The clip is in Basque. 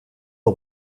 hau